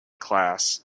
class